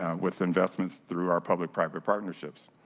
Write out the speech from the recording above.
and with investments throughout public-private partnerships.